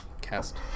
cast